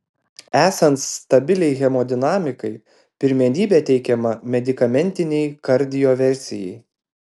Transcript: esant stabiliai hemodinamikai pirmenybė teikiama medikamentinei kardioversijai